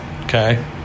Okay